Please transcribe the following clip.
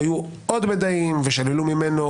היו עוד מיידעים ושללו ממנו,